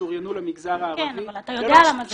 ששוריינו למגזר הערבי --- אתה יודע למה זה קורה.